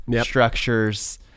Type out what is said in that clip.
structures